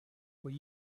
were